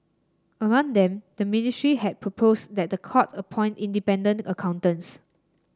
among them the ministry had proposed that the court appoint independent accountants